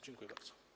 Dziękuję bardzo.